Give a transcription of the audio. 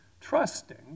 trusting